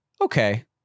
okay